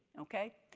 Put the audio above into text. okay?